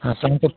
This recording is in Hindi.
हाँ शाम को